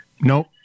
Nope